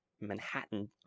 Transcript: manhattan